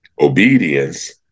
obedience